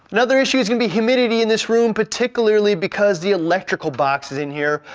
another issue is gonna be humidity in this room, particularly because the electrical box is in here.